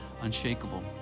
unshakable